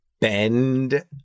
bend